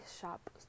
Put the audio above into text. shop